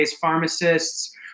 pharmacists